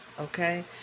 okay